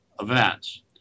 events